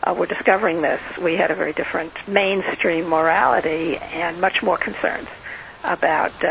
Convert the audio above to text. ah were discovering this, we had a very different mainstream morality and much more concerns about